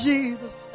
Jesus